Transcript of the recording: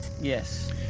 Yes